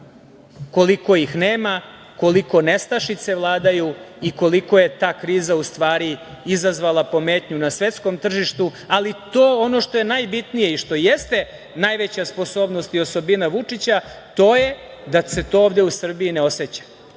koliko ih nema, koliko nestašice vladaju i koliko je ta kriza u stvari izazvala pometnju na svetskom tržištu. Ali ono što je najbitnije i što jeste najveća sposobnost i osobina Vučića, to je da se to ovde u Srbiji ne oseća,